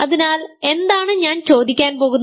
അതിനാൽ എന്താണ് ഞാൻ ചോദിക്കാൻ പോകുന്നത്